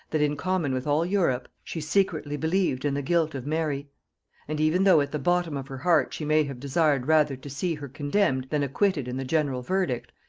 that, in common with all europe, she secretly believed in the guilt of mary and even though at the bottom of her heart she may have desired rather to see her condemned than acquitted in the general verdict,